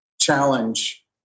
challenge